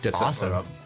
awesome